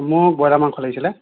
মোক ব্ৰইলাৰ মাংস লাগিছিল